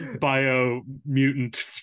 bio-mutant